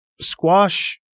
squash